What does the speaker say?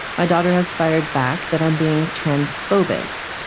my daughter has fired back that on being transphobic.